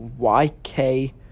YK